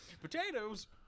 Potatoes